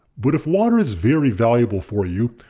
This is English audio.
but if water is very valuable for you,